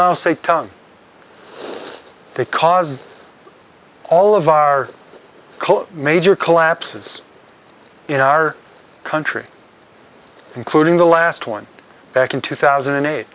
a ton they caused all of our major collapses in our country including the last one back in two thousand and eight